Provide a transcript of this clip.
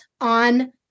on